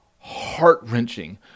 heart-wrenching